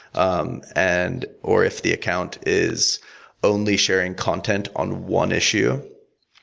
um and or if the account is only sharing content on one issue,